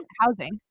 housing